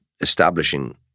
establishing